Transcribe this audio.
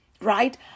Right